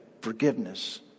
forgiveness